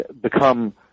become